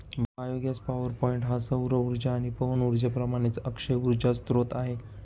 biogas PowerPoint हा सौर उर्जा आणि पवन उर्जेप्रमाणेच अक्षय उर्जा स्त्रोत आहे